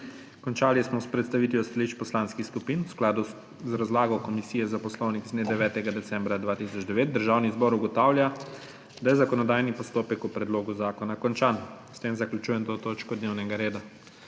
Končali smo s predstavitvijo stališč poslanskih skupin. V skladu z razlago Komisije za poslovnik z dne 9. decembra 2009 Državni zbor ugotavlja, da je zakonodajni postopek o predlogu zakona končan. S tem zaključujem to točko dnevnega reda.